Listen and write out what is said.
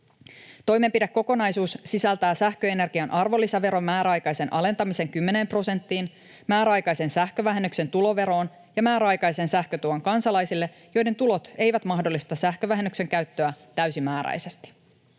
Toimenpidekokonaisuus sisältää sähköenergian arvonlisäveron määräaikaisen alentamisen kymmeneen prosenttiin, määräaikaisen sähkövähennyksen tuloveroon ja määräaikaisen sähkötuen kansalaisille, joiden tulot eivät mahdollista sähkövähennyksen käyttöä täysimääräisesti.